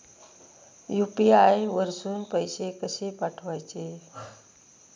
UPI वरसून पैसे कसे पाठवचे?